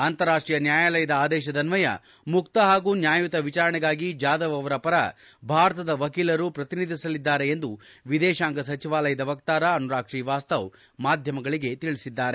ಅಂತಾರಾಷ್ಟೀಯ ನ್ಯಾಯಾಲಯದ ಆದೇಶದನ್ವಯ ಮುಕ್ತ ಹಾಗೂ ನ್ಯಾಯಯುತ ವಿಚಾರಣೆಗಾಗಿ ಜಾದವ್ ಅವರ ಪರ ಭಾರತದ ವಕೀಲರು ಪ್ರತಿನಿಧಿಸಲಿದ್ದಾರೆ ಎಂದು ವಿದೇಶಾಂಗ ಸಚಿವಾಲಯದ ವಕ್ತಾರ ಅನುರಾಗ್ ಶ್ರೀವಾಸ್ತವ್ ಮಾಧ್ಯಮಗಳಿಗೆ ತಿಳಿಸಿದ್ದಾರೆ